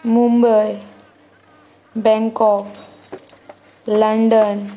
Mumbai Bangkok London